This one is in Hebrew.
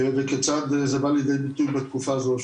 וכיצד זה בא לידי ביטוי בתקופה הזו.